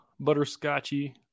butterscotchy